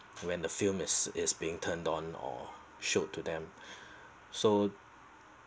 when the film as is being turned on or showed to them so